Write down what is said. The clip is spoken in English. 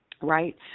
right